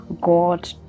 God